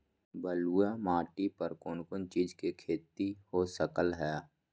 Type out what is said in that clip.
बलुई माटी पर कोन कोन चीज के खेती हो सकलई ह?